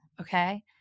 Okay